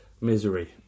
misery